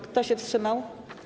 Kto się wstrzymał?